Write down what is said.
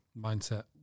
Mindset